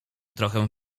trochę